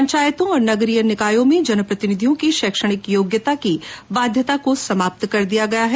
पंचायतों और नगरीय निकायों में जनप्रतिनिधियों की शैक्षणिक योग्यता की बाध्यता समाप्त कर दी गई है